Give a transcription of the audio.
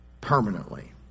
permanently